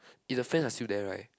if the friends are still there right